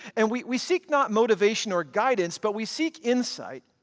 and we we seek not motivation or guidance, but we seek insight